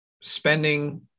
Spending